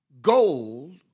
Gold